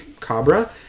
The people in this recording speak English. Cabra